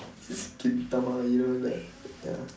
just gintama you know like ya